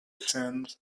sand